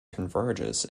converges